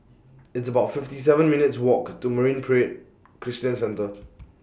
It's about fifty seven minutes' Walk to Marine Parade Christian Centre